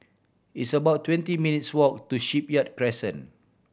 it's about twenty minutes' walk to Shipyard Crescent